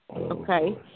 okay